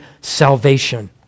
salvation